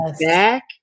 back